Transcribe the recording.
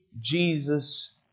Jesus